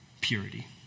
purity